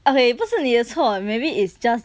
okay 不是你的错 maybe it's just